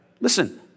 Listen